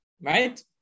right